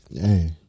Hey